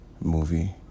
movie